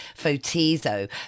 FOTIZO